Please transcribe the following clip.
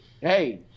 hey